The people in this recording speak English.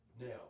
Now